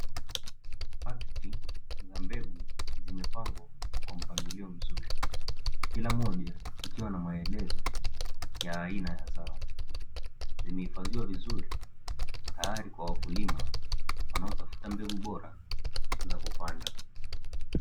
Pakiti za mbegu zimepangwa kwa mpangilio mzuri, kila moja ikiwa na maelezo ya aina ya zao. Zimehifadhiwa vizuri tayari kwa wakulima wanaotafuta mbegu bora za kupanda.